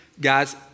guys